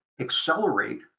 accelerate